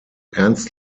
ernst